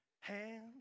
Hands